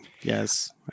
Yes